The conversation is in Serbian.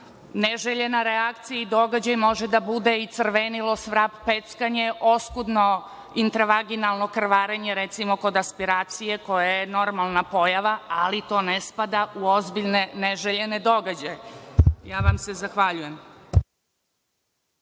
Neželjena reakcija i događaj može da bude i crvenilo, svrab, peckanje, oskudno intravaginalno krvarenje, recimo kod aspiracije, koja je normalna pojava, ali to ne spada u ozbiljne neželjene događaje. Zahvaljujem